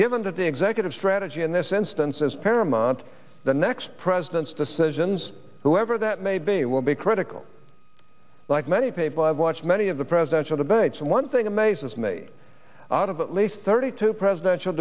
given that the executive strategy in this instance is paramount the next president's decisions whoever that may be will be critical like many people have watched many of the presidential debates and one thing amazes me out of at least thirty two presidential